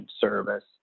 service